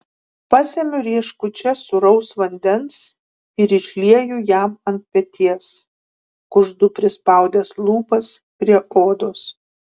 pasemiu rieškučias sūraus vandens ir išlieju jam ant peties kuždu prispaudęs lūpas prie odos